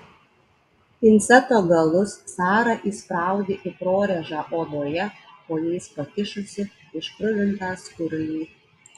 pinceto galus sara įspraudė į prorėžą odoje po jais pakišusi iškruvintą skurlį